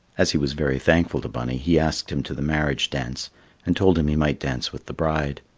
as he was very thankful to bunny, he asked him to the marriage dance and told him he might dance with the bride.